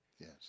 Yes